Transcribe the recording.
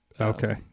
Okay